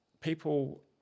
people